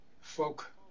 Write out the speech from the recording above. folk